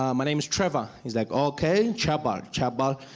um my name is trevor. he's like, okay. trebal, trebal,